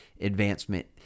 advancement